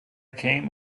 came